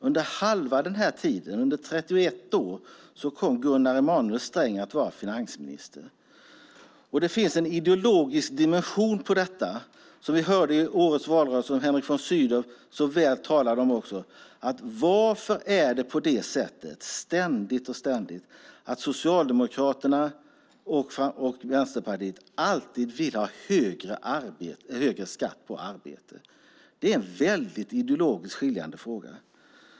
Under halva denna tid, i 31 år, kom Gunnar Emanuel Sträng att vara finansminister. Det finns en ideologisk dimension på detta, som vi hörde i årets valrörelse och som också Henrik von Sydow så väl talade om: Varför är det ständigt på det sättet att Socialdemokraterna och Vänsterpartiet alltid vill ha högre skatt på arbete? Det är en ideologiskt skiljande fråga.